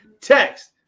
text